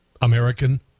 American